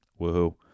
woohoo